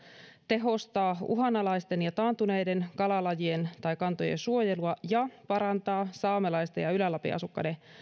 tehostaa uhanalaisten ja taantuneiden kalalajien tai kantojen suojelua ja parantaa saamelaisten ja ylä lapin asukkaiden